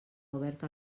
obert